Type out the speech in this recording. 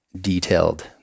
detailed